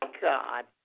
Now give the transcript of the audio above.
God